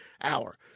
hour